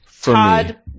Todd